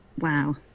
wow